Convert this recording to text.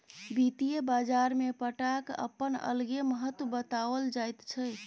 वित्तीय बाजारमे पट्टाक अपन अलगे महत्व बताओल जाइत छै